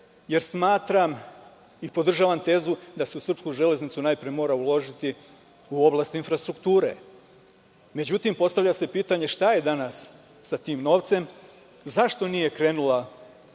jer smatram i podržavam tezu da se u srpsku železnicu najpre mora uložiti u oblast infrastrukture.Međutim, postavlja se pitanje - šta je danas sa tim novcem? Zašto nisu krenuli